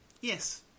Yes